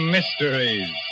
Mysteries